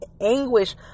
anguish